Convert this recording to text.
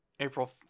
April